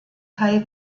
tai